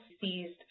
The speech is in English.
Seized